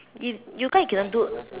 if yoga you cannot do